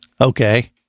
Okay